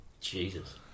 Jesus